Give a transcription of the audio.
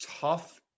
tough